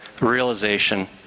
realization